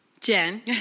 Jen